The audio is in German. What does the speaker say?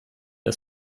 der